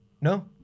No